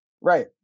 Right